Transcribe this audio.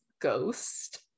Ghost